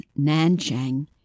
Nanchang